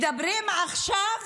מדברים עכשיו